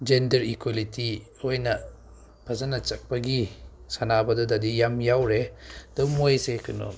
gender equality ꯑꯣꯏꯅ ꯐꯖꯅ ꯆꯠꯄꯒꯤ ꯁꯥꯟꯅꯕꯗꯨꯗꯗꯤ ꯌꯥꯝ ꯌꯥꯎꯔꯦ ꯑꯗꯨ ꯃꯣꯏꯁꯦ ꯀꯩꯅꯣ